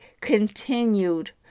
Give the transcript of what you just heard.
continued